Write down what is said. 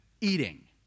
eating